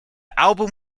album